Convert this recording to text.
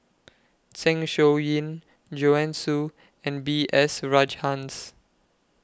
Zeng Shouyin Joanne Soo and B S Rajhans